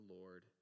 Lord